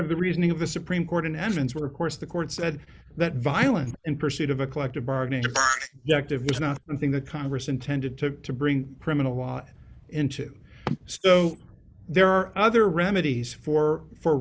of the reasoning of the supreme court in heavens were of course the court said that violence in pursuit of a collective bargaining yakked of was not something the congress intended took to bring criminal law into sto there are other remedies for d for